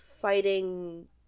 fighting